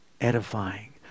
edifying